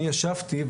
אני ישבתי,